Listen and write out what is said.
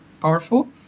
powerful